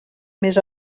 més